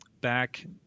Back